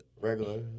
Regular